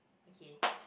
okay